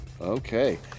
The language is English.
okay